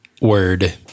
Word